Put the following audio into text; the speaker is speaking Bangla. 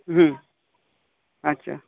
হুম আচ্ছা